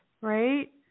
right